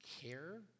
care